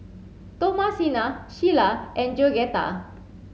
Thomasina Shyla and Georgetta